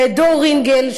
ודור רינגל,